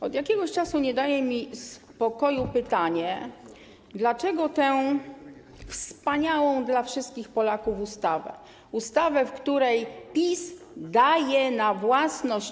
Od jakiegoś czasu nie daje mi spokoju pytanie, dlaczego tę „wspaniałą” dla wszystkich Polaków ustawę, ustawę, w której PiS „daje na własność”